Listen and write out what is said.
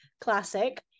classic